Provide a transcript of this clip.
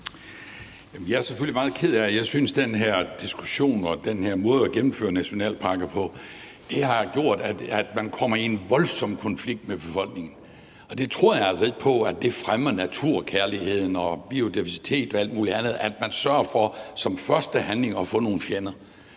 Jeg er selvfølgelig meget ked af det, for jeg synes, den her diskussion og den her måde at gennemføre nationalparker på har gjort, at man kommer i en voldsom konflikt med befolkningen. Jeg tror altså ikke, at det fremmer naturkærligheden og biodiversiteten og alt muligt andet, at man som første handling sørger for at få nogle fjender.